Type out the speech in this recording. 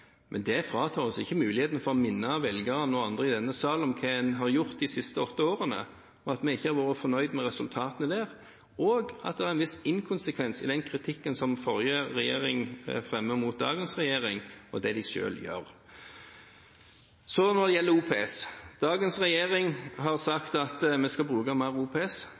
Men det fratar oss ikke muligheten til å minne velgerne og andre i denne salen om hva man har gjort de siste åtte årene, og at vi ikke har vært fornøyd med resultatene, og at det er en del inkonsekvens i den kritikken som den forrige regjeringen fremmer mot dagens regjering og det de selv gjør. Når det gjelder OPS, har dagens regjering sagt at vi skal bruke mer OPS.